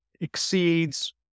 exceeds